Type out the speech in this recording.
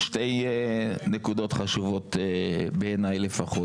שרת החדשנות, המדע והטכנולוגיה אורית פרקש הכהן: